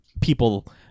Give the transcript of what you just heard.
people